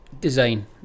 design